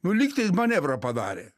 nu lygtais manevrą padarė